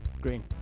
Green